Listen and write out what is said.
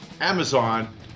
Amazon